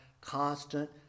constant